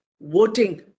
voting